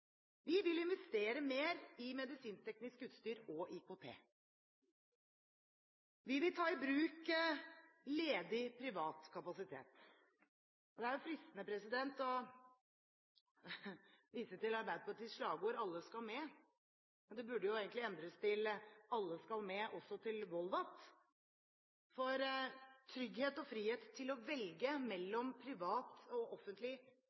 Vi vil investere mer i medisinskteknisk utstyr og IKT. Vi vil ta i bruk ledig privat kapasitet. Det er fristende å vise til Arbeiderpartiets slagord «Alle skal med», men det burde jo egentlig endres til: Alle skal med – også til Volvat, for trygghet og frihet til å velge mellom privat og offentlig